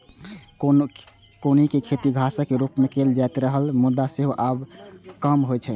कौनी के खेती घासक रूप मे कैल जाइत रहै, मुदा सेहो आब कम होइ छै